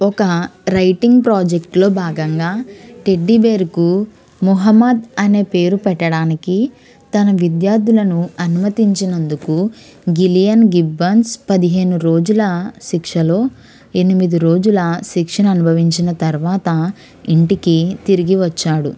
ఒక రైటింగ్ ప్రాజెక్ట్లో భాగంగా టెడ్డీ బేర్కు ముహమ్మద్ అని పేరు పెట్టడానికి తన విద్యార్థులను అనుమతించినందుకు గిలియన్ గిబ్బన్స్ పదహైదు రోజుల శిక్షలో ఎనిమిది రోజుల శిక్షను అనుభవించిన తర్వాత ఇంటికి తిరిగి వచ్చాడు